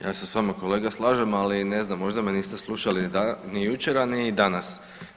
Ja se s vama kolega slažem, ali ne znam možda me niste slušali ni jučer, a ni danas.